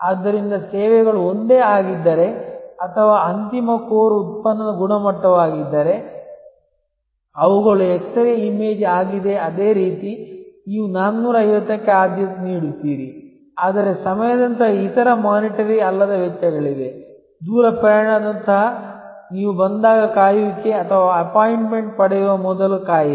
ಆದ್ದರಿಂದ ಸೇವೆಗಳು ಒಂದೇ ಆಗಿದ್ದರೆ ಅಥವಾ ಅಂತಿಮ ಕೋರ್ ಉತ್ಪನ್ನದ ಗುಣಮಟ್ಟವಾಗಿದ್ದರೆ ಅವುಗಳು ಎಕ್ಸರೆ ಇಮೇಜ್ ಆಗಿದೆ ಅದೇ ರೀತಿ ನೀವು 450 ಕ್ಕೆ ಆದ್ಯತೆ ನೀಡುತ್ತೀರಿ ಆದರೆ ಸಮಯದಂತಹ ಇತರ ವಿತ್ತೀಯಅಲ್ಲದ ವೆಚ್ಚಗಳಿವೆ ದೂರ ಪ್ರಯಾಣದಂತಹ ನೀವು ಬಂದಾಗ ಕಾಯುವಿಕೆ ಅಥವಾ ಅಪಾಯಿಂಟ್ಮೆಂಟ್ ಪಡೆಯುವ ಮೊದಲು ಕಾಯಿರಿ